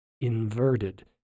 inverted